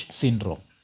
syndrome